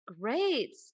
great